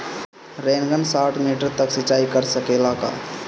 Rain gun साठ metre तक सिचाई कर सकेला का?